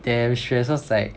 damn stress cause it's like